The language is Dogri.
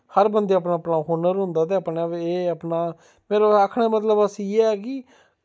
हर बंदे च अपना अपना हुनर होंदा ते अपना एह् अपना मेरा आखने दा मतलब बस इ'यै कि